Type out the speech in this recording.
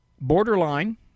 Borderline